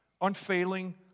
unfailing